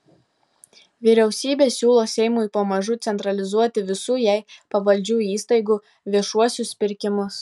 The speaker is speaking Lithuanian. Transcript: vyriausybė siūlo seimui pamažu centralizuoti visų jai pavaldžių įstaigų viešuosius pirkimus